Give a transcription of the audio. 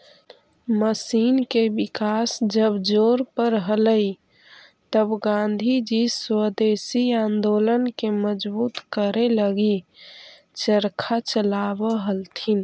machine के विकास जब जोर पर हलई तब गाँधीजी स्वदेशी आंदोलन के मजबूत करे लगी चरखा चलावऽ हलथिन